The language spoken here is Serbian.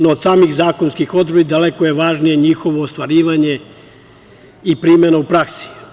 No, od samih zakonskih odredbi daleko je važnije njihovo ostvarivanje i primena u praksi.